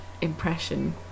impression